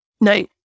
No